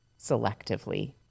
selectively